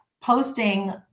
posting